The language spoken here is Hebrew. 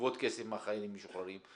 לגבות כסף מהחיילים המשוחררים,